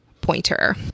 Pointer